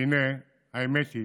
והינה, האמת היא